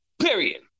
period